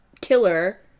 killer